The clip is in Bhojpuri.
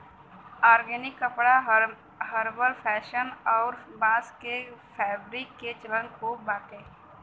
ऑर्गेनिक कपड़ा हर्बल फैशन अउरी बांस के फैब्रिक के चलन खूब बाटे